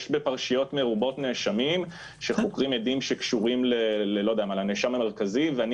יש בפרשיות מרובות נאשמים שחוקרים עדים שקשורים לנאשם המרכזי ואני